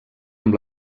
amb